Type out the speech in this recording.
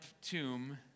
tomb